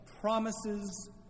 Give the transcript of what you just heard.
promises